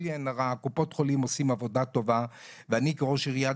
קופות החולים עושות עבודה טובה ואני כראש עיריית